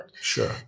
Sure